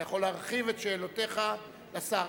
אתה יכול להרחיב את שאלותיך לשר.